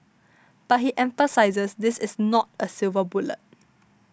but he emphasises this is not a silver bullet